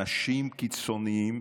אנשים קיצוניים,